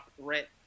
threat